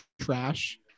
trash